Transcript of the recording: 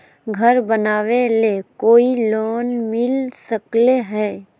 घर बनावे ले कोई लोनमिल सकले है?